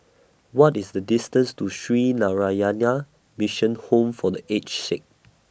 What IS The distance to Sree Narayana Mission Home For The Aged Sick